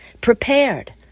prepared